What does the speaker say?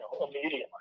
immediately